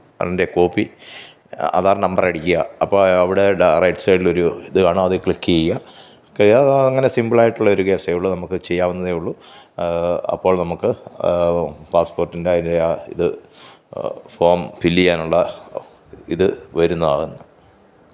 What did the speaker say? അതിന്റെ കോപ്പി ആധാര് നമ്പറടിക്കുക അപ്പോള് ആ അവിടെ ട റൈറ്റ് സൈഡിലൊരു ഇത് കാണും അതില് ക്ലിക്കീയ കഴിയാതാ അങ്ങനെ സിമ്പിളായിട്ടുള്ളൊരു കേസേ ഉള്ളു നമ്മള്ക്ക് ചെയ്യാവുന്നതേയുള്ളു അപ്പോള് നമ്മള്ക്ക് പാസ്പോര്ട്ടിന്റെ ആ ഒരു ആ ഇത് ഫോം ഫില്ലീയാനുള്ള ഇത് വരുന്നാണ്